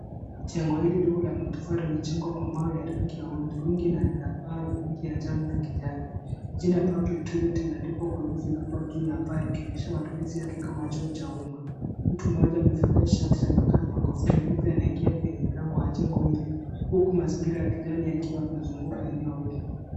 Jengo hili dogo la matofali limejengwa kwa maw ya rangi ya hudhurungi na lina paa la rangi ya njano na kijani. Jina Public toilet yameandikwa juu kuonyesha matumizi yake kama choo cha umma. Mtu mmoja amevalia shati la mikono na kofia nyeupe anaingia kwenye mlango wa jengo hii, huku mazingira ya kijani yamezunguka eneo hili.